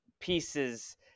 pieces